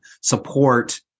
support